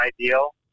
ideal